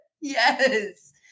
yes